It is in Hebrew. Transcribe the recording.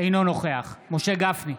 אינו נוכח משה גפני,